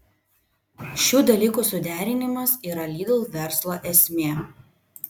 šių dalykų suderinimas yra lidl verslo esmė